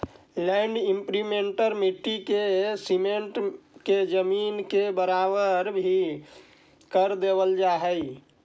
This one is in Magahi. लैंड इम्प्रिंटर मट्टी के समेट के जमीन के बराबर भी कर देवऽ हई